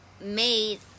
made